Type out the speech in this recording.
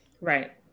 Right